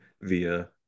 via